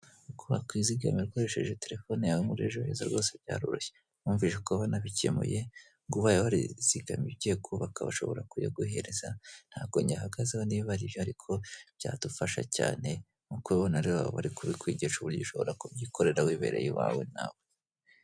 Uko wakwizigamira ukoresheje telefone yawe muri "ejo heza" rwose byaroroshye, numvishe ko banabikemuye ngo ugiye warizigamiye ugiye kubaka bashobora kuyaguhereza, ntago nyahagazeho nibarije ariko byadufasha cyane nkuko ubibona rero bari kubikwigisha uburyo ushobora kubyikorera wibereye iwawe nawe.